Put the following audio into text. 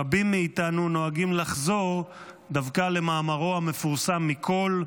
רבים מאיתנו נוהגים לחזור דווקא למאמרו המפורסם מכול,